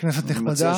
כנסת נכבדה,